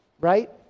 right